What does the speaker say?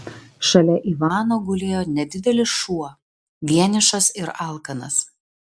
šalia ivano gulėjo nedidelis šuo vienišas ir alkanas